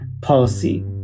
policy